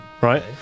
right